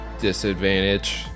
disadvantage